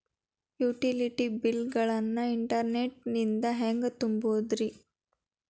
Utility bill ಗಳನ್ನ internet ನಿಂದ ಹೆಂಗ್ ತುಂಬೋದುರಿ?